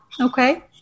okay